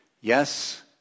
yes